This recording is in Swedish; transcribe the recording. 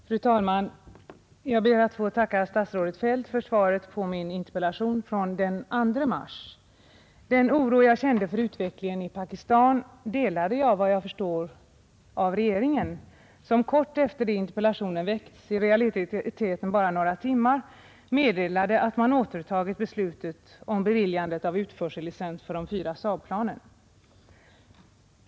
Fru talman! Jag ber att få tacka statsrådet Feldt för svaret på min interpellation från den 2 mars. Den oro jag kände för utvecklingen i Pakistan delades vad jag förstår av regeringen, som kort efter det interpellation väckts — i realiteten bara några timmar — meddelade, att man återtagit beslutet om beviljande av utförsellicens för de fyra SAAB-planen.